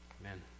amen